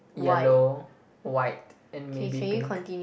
yellow white and maybe pink